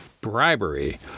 bribery